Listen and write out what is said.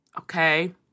Okay